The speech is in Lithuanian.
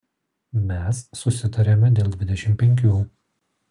mes susitarėme dėl dvidešimt penkių